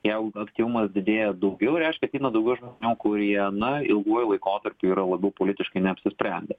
jeigu aktyvumas didėja daugiau reiškia ateina daugiau žmonių kurie na ilguoju laikotarpiu yra labiau politiškai neapsisprendę